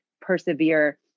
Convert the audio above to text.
persevere